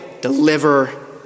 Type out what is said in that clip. deliver